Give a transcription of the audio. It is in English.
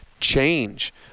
change